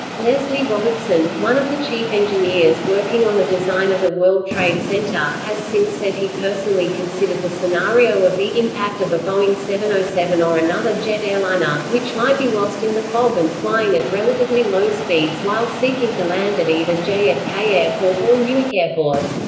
leslie robertson, one of the chief engineers working on the design of the world trade center, has since said he personally considered the scenario of the impact of a boeing seven hundred and seven or another jet airliner, which might be lost in the fog and flying at relatively low speeds while seeking to land at either jfk airport or newark airport.